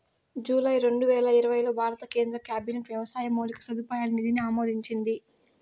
July రెండువేల ఇరవైలో భారత కేంద్ర క్యాబినెట్ వ్యవసాయ మౌలిక సదుపాయాల నిధిని ఆమోదించింది